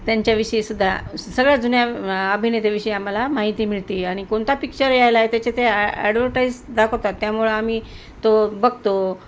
त्यांच्याविषयीसुद्धा सगळ्या जुन्या अभिनेत्याविषयी आम्हाला माहिती मिळते आणि कोणता पिक्चर यायला आहे त्याचे ते ॲडवटाईज दाखवतात त्यामुळे आम्ही तो बघतो